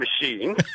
machine